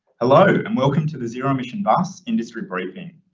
hello and welcome to the zero emission bus industry briefing.